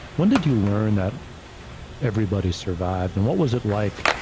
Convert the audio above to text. when did you learn that everybody survived, and what was it like,